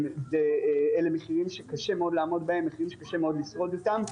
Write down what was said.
אלה מחירים שקשה לעמוד בהם ולשרוד אותם.